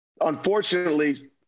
unfortunately